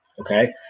Okay